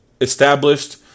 established